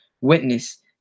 witness